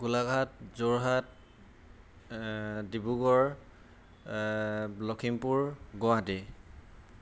Golaghat Jorhat Dibrugarh Lakhimpur Guwahati